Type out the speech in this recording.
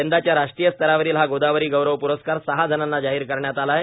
यंदाच्या राष्ट्रीय स्तरावरील हा गोदावरी गौरव पुरस्कार सहा जणांना जाहीर करण्यात आला आहेत